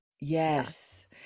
Yes